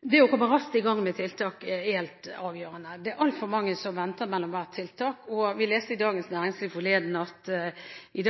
Det å komme raskt i gang med tiltak er helt avgjørende. Det er altfor mange som venter mellom hvert tiltak, og forleden leste vi i Dagens Næringsliv at det i